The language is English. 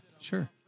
Sure